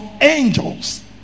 angels